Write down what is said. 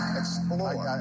explore